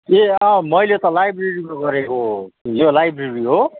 ए अँ मैले त लाइब्रेरीबाट गरेको यो लाइब्रेरी हो